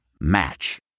Match